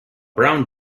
brown